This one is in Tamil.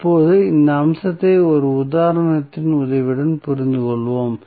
இப்போது இந்த அம்சத்தை ஒரு உதாரணத்தின் உதவியுடன் புரிந்துகொள்வோம்